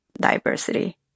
diversity